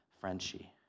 Frenchie